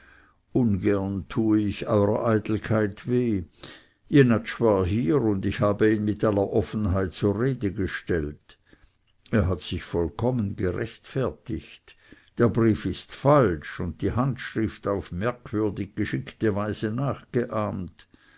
ungern tue ich eurer eitelkeit weh jenatsch war hier und ich habe ihn mit aller offenheit zur rede gestellt er hat sich vollkommen gerechtfertigt der brief ist falsch und die handschrift auf merkwürdig geschickte weise nachgeahmt